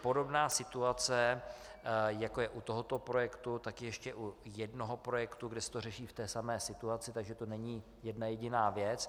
Podobná situace, jako je u tohoto projektu, je ještě u jednoho projektu, kde se to řeší v té samé situaci, takže to není jedna jediná věc.